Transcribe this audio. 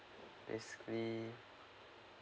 basically